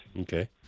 Okay